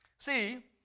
See